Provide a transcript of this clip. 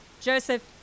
Joseph